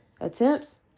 attempts